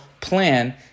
plan